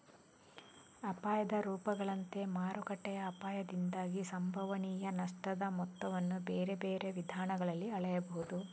ಅಪಾಯದ ರೂಪಗಳಂತೆ ಮಾರುಕಟ್ಟೆಯ ಅಪಾಯದಿಂದಾಗಿ ಸಂಭವನೀಯ ನಷ್ಟದ ಮೊತ್ತವನ್ನು ಬೇರೆ ಬೇರೆ ವಿಧಾನಗಳಲ್ಲಿ ಅಳೆಯಬಹುದು